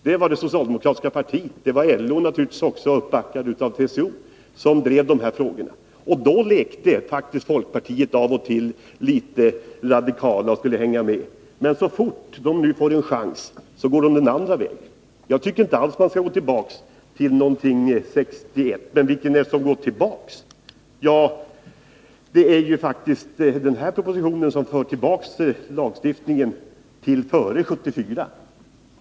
Det var det socialdemokratiska partiet, och naturligtvis också LO uppbackad av TCO, som drev de här frågorna. Då lekte faktiskt folkpartiet av och till litet radikalt och skulle hänga med. Men så fort folkpartisterna nu får en chans går de den andra vägen. Jag tycker inte alls att man skall gå tillbaka till 1961. Men vem är det som går tillbaka? Det är ju faktiskt den här propositionen som för tillbaka lagstiftningen till vad som gällde före 1974.